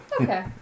Okay